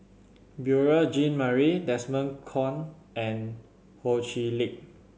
Beurel Jean Marie Desmond Kon and Ho Chee Lick